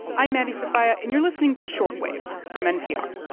i'm maddie sofia, and you're listening to short wave from npr